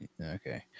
okay